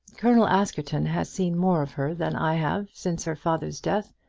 colonel askerton has seen more of her than i have since her father's death,